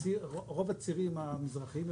רוב הצירים המזרחיים יותר,